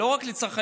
לא רק לצרכנים,